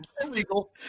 illegal